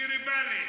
דיר באלכ,